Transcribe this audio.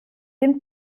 dem